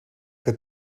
que